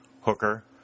Hooker